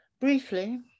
briefly